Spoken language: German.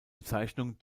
bezeichnung